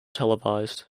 televised